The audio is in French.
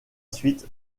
suite